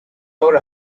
over